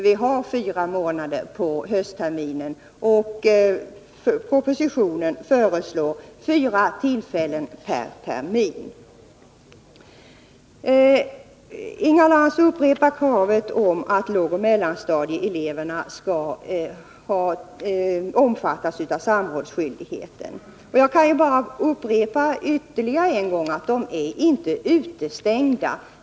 Vi har fyra månader på höstterminen, och propositionen föreslår fyra tillfällen per termin. omfattas av samrådsskyldigheten. Jag kan bara upprepa ytterligare en gång Nr 56 att de inte är utestängda.